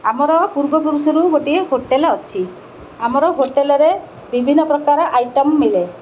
ଆମର ପୂର୍ବ ପୁରୁଷରୁ ଗୋଟିଏ ହୋଟେଲ୍ ଅଛି ଆମର ହୋଟେଲ୍ରେ ବିଭିନ୍ନ ପ୍ରକାର ଆଇଟମ୍ ମିଳେ